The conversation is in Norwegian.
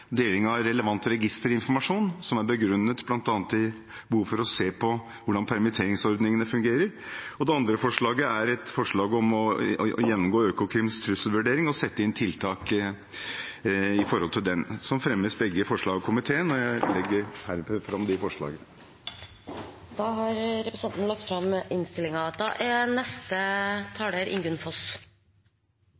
deling av relevant registerinformasjon, begrunnet bl.a. i behovet for å se på hvordan permitteringsordningene fungerer. Det andre er et forslag om å gjennomgå Økokrims trusselvurdering og sette inn tiltak i den forbindelse. Begge forslagene fremmes av komiteen, og jeg anbefaler herved komiteens innstilling. Vi behandler i dag forslaget fra Fremskrittspartiet om bedre virkemidler for å bekjempe kriminalitet under koronakrisen. Vi er